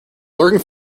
lurking